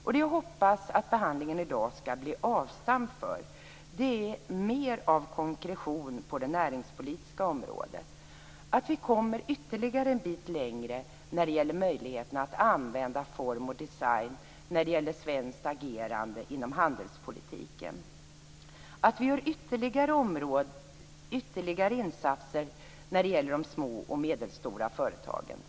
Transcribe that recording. Jag hoppas att behandlingen i dag skall bli avstamp för mer av konkretion på det näringspolitiska området och att vi kommer ytterligare en bit längre när det gäller möjligheterna att använda form och design i det svenska agerandet inom handelspolitiken. Jag hoppas också att vi gör ytterligare insatser för de små och medelstora företagen.